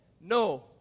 no